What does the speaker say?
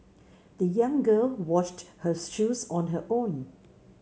the young girl washed her shoes on her own